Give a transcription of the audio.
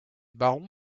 baron